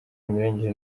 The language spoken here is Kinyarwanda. bunyuranyije